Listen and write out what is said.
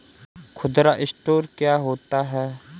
खुदरा स्टोर क्या होता है?